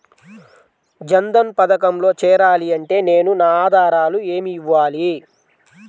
జన్ధన్ పథకంలో చేరాలి అంటే నేను నా ఆధారాలు ఏమి ఇవ్వాలి?